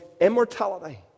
immortality